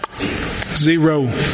Zero